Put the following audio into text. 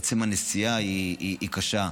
עצם הנסיעה היא קשה.